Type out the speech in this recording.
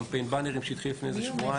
קמפיין באנרים שהתחיל לפני שבועיים.